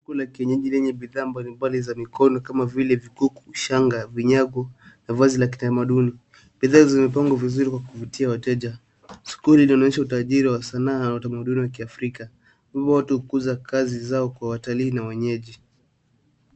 Kuku la kienyeji lenye bidhaa mbali mbali za mikono kama vile vikuku shanga vinyagu na vazi la kitamaduni bidhaa zimepangwa vizuri kwa kuvutia wateja soko hili linaonyesha utajiri wa sanaa na utamaduni wa kiafrika hivyo watu hukuza kazi zao kwa watalii na wenyeji.